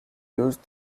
used